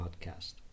Podcast